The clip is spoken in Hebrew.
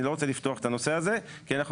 אני לא רוצה לפתוח את הנושא הזה כי אנחנו